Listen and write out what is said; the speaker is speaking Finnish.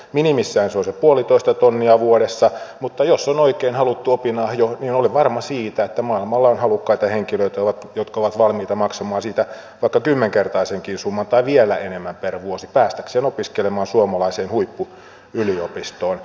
minimissään se on puolitoista tonnia vuodessa mutta jos on oikein haluttu opinahjo niin olen varma siitä että maailmalla on halukkaita henkilöitä jotka ovat valmiita maksamaan siitä vaikka kymmenkertaisenkin summan tai vielä enemmän per vuosi päästäkseen opiskelemaan suomalaiseen huippuyliopistoon